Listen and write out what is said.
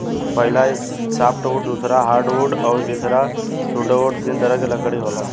पहिला सॉफ्टवुड दूसरा हार्डवुड अउरी तीसरा सुडोवूड तीन तरह के लकड़ी होला